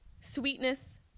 sweetness